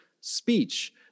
speech